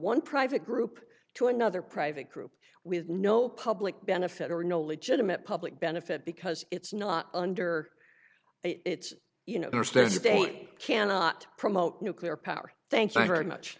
one private group to another private group with no public benefit or no legitimate public benefit because it's not under it's you know their status day cannot promote nuclear power thank you very much